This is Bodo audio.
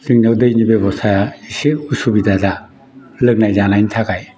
जोंनियाव दैनि बेबसाया इसे उसुबिदा दा लोंनाय जानायनि थाखाय